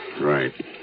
right